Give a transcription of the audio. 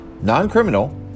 non-criminal